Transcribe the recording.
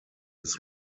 his